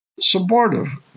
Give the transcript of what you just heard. supportive